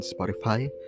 spotify